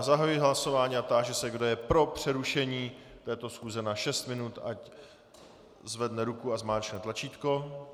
Zahajuji hlasování a táži se, kdo je pro přerušení této schůze na 6 minut, ať zvedne ruku a zmáčkne tlačítko.